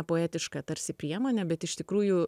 poetiška tarsi priemonė bet iš tikrųjų